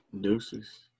Deuces